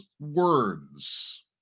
words